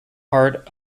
part